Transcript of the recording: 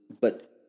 but-